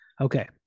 Okay